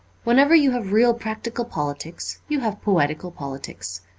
whenever you have real practical politics you have poetical politics.